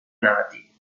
nati